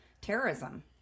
terrorism